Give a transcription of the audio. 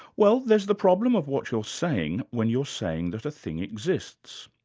well there's the problem of what you're saying when you're saying that a thing exists.